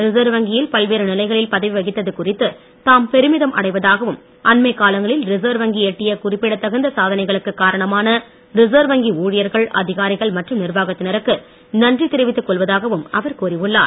reserve வங்கியில் பல்வேறு நிலைகளில் பதவி வகித்தது குறித்து தாம் பெருமிதம் அடைவதாகவும் அண்மைக் காலங்களில் ரிசர்வ் வங்கி எட்டிய குறிப்பிடதகுந்த சாதனைகளுக்கு காரணமான ரிசர்வ் வங்கி ஊழியர்கள் அதிகாரிகள் மற்றும் நிர்வாகத்தினருக்கு நன்றி தெரிவித்துக் கொள்வதாகவும் அவர் கூறி உள்ளார்